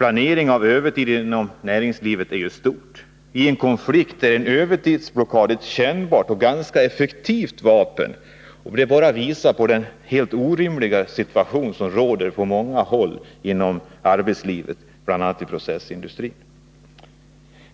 Inom näringslivet planerar man med övertid. I en konflikt är en övertidsblockad ett kännbart och ganska effektivt vapen. Det visar på den orimliga situation som råder på många håll inom arbetslivet, bl.a. inom processindustrin.